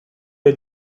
est